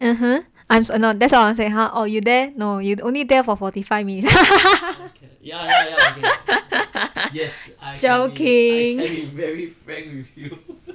(uh huh) that's why I wanna say !huh! you there no you only there for forty five minutes joking